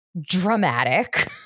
dramatic